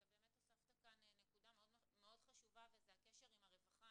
הוספת כאן נקודה מאוד חשובה, וזה הקשר עם הרווחה.